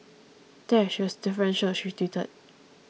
there she was deferential she tweeted